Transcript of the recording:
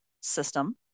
system